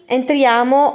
entriamo